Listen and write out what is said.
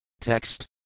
Text